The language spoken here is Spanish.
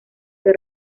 que